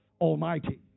Almighty